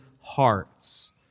hearts